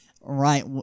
right